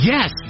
Yes